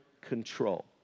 control